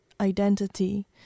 identity